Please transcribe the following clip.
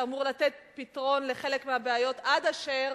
שאמור לתת פתרון לחלק מהבעיות עד אשר